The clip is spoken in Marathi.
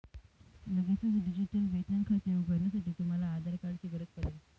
लगेचच डिजिटल वेतन खाते उघडण्यासाठी, तुम्हाला आधार कार्ड ची गरज पडेल